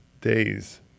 days